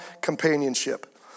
companionship